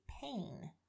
pain